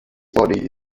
body